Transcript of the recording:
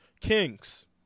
Kings